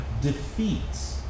defeats